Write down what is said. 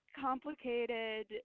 complicated